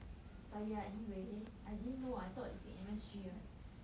but ya anyway I didn't know I thought eating M_S_G right